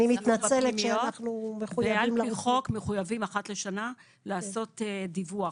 אתם מחויבים אחת לשנה לקבל דיווח.